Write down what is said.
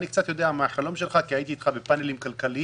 אני יודע מה החלום שלך כי הייתי איתך בפאנלים כלכליים.